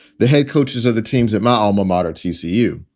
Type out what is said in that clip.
the head coaches of the teams at my alma moderate's vcu.